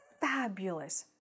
fabulous